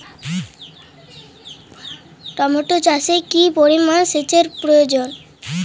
Tomato চাষে কি পরিমান সেচের প্রয়োজন?